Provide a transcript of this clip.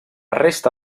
resta